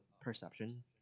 perception